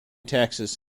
texas